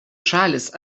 šalys